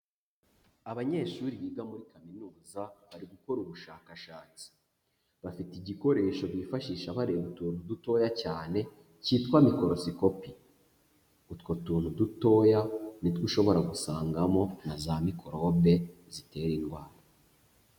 Abanyeshuri biga muri kaminuza bari gukora ubushakashatsi, bafite igikoresho bifashisha bareba utuntu dutoya cyane cyitwa mikorosikopi, utwo tuntu dutoya nitwo ushobora gusangamo na za mikorobe zitera indwara.